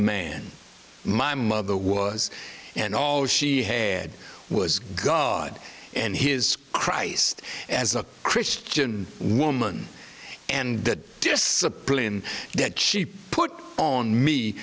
man my mother was and all she had was god and his christ as a christian woman and the discipline that she put on me